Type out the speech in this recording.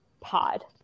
pod